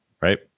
right